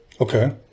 Okay